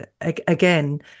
again